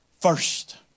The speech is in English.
first